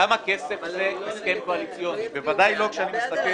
כמה כסף זה הסכם קואליציוני, ודאי לא כשאתה מסתכל